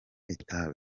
itabi